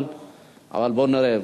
אבל בואו נראה.